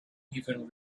even